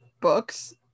books